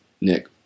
Nick